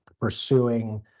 pursuing